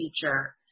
teacher